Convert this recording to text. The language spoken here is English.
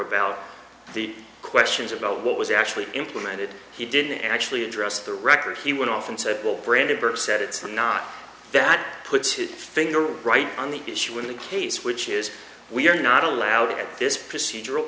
about the questions about what was actually implemented he didn't actually address the record he went off and said well brandenburg said it's not that puts his finger right on the issue in the case which is we're not allowed to get this procedural